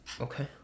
Okay